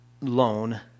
loan